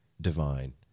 divine